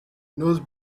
nose